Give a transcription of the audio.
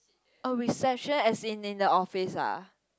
oh reception as in in the office ah